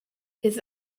his